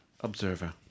observer